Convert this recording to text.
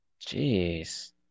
Jeez